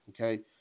okay